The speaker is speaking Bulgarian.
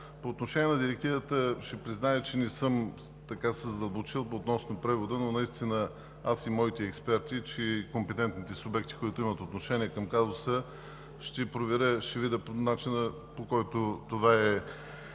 По отношение на Директивата ще призная, че не съм се задълбочил относно превода – аз и моите експерти, че и компетентните субекти, които имат отношение към казуса. Ще проверя начина, по който това е